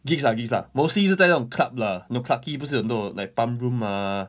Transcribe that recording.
gigs ah gigs lah mostly 是在这种 club lah you know clarke quay 不是有很多 like pump room ah